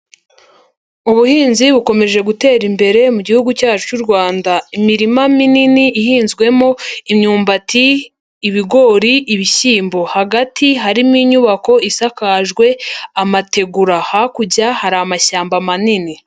Ubuhinzi bukomeje gutera imbere mu gihugu cyacu cy'u Rwanda, imirima minini ihinzwemo imyumbati, ibigori, ibishyimbo. Hagati harimo inyubako isakajwe amategura, hakurya hari amashyamba manini.